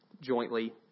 jointly